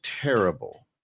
terrible